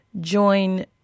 join